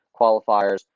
qualifiers